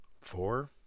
four